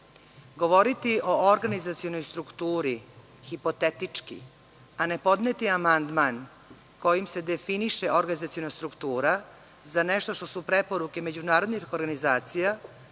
govoriti o organizacionoj strukturi hipotetički a ne podneti amandman kojim se definiše organizaciona struktura za nešto što su preporuke međunarodnih organizacija